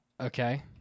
Okay